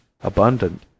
abundant